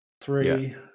three